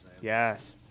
Yes